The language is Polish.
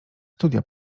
studia